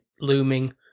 looming